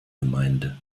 gemeinde